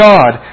God